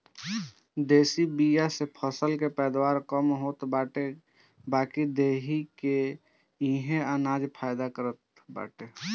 देशी बिया से फसल के पैदावार कम होत बाटे बाकी देहि के इहे अनाज फायदा करत बाटे